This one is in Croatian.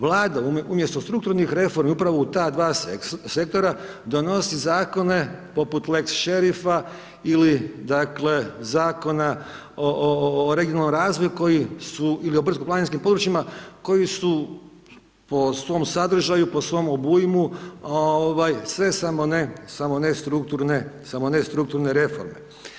Vlada umjesto strukturnih reformi upravo u ta dva sektora donosi zakone poput lex Šerifa ili dakle Zakona o regionalnom razvoju koji su ili o brdsko-planinskim područjima koji su po svom sadržaju, po svom obujmu sve samo strukturne reforme.